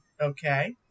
okay